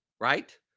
right